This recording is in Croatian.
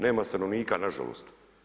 Nema stanovnika nažalost.